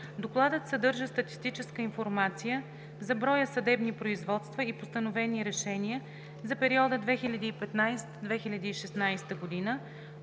Докладът съдържа статистическа информация за броя съдебни производства и постановени решения за периода 2015 г.